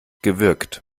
gewirkt